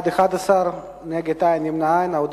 הצעת ועדת הכנסת להעביר את הצעת חוק החשמל (תיקון מס' 4)